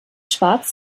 schwarz